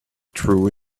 true